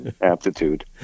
aptitude